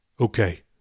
okay